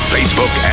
Facebook